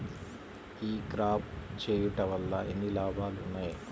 ఈ క్రాప చేయుట వల్ల ఎన్ని లాభాలు ఉన్నాయి?